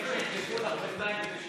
בעד מאיר פרוש,